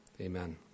Amen